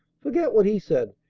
forget what he said,